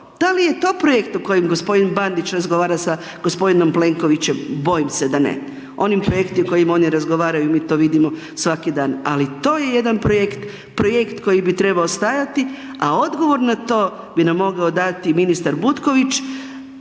da li je to projekt o kojem g. Bandić razgovara sa g. Plenkovićem, bojim se da ne. Oni projekti o kojima oni razgovaraju, mi to vidimo svaki dan, ali to je jedan projekt, projekt koji bi trebao stajati, a odgovor na to bi nam mogao dati ministar Butković,